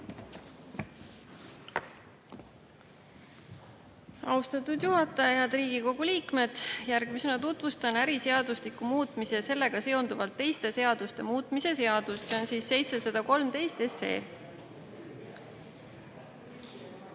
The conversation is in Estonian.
Austatud juhataja! Head Riigikogu liikmed! Järgmisena tutvustan äriseadustiku muutmise ja sellega seonduvalt teiste seaduste muutmise seaduse eelnõu 713.